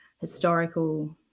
historical